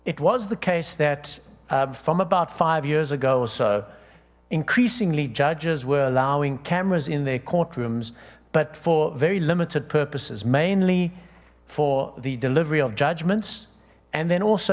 it was the case that from about five years ago so increasingly judges were allowing cameras in their courtrooms but for very limited purposes mainly for the delivery of judgments and then also